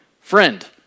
friend